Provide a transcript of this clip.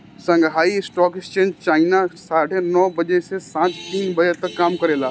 Shanghai stock exchange China साढ़े नौ बजे से सांझ तीन बजे तक काम करेला